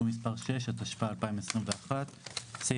התש"ף 2020 (להלן,